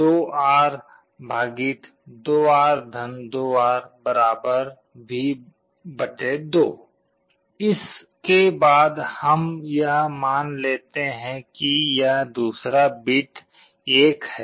2R 2R 2R V 2 इसके बाद हम यह मान लेते हैं कि यह दूसरा बिट 1 है